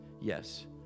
Yes